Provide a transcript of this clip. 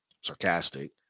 Sarcastic